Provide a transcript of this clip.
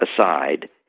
aside